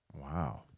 Wow